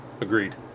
Agreed